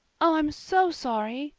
oh, i'm so sorry,